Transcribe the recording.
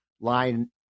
line